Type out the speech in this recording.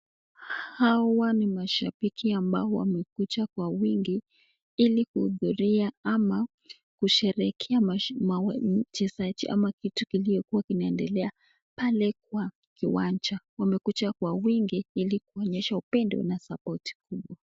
Hawa ni mashabiki ambao wamekuja kwa wingi ili kuhudhuria ama kusherehekea wachezaji ama kitu kilichokuwa kinaendelea pale kwa kiwanja. Wamekuja kwa wingi ili kuonyesha upendo na sapoti .